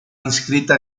inscrita